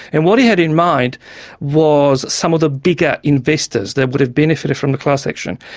and what he had in mind was some of the bigger investors that would have benefited from the class action,